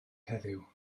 heddiw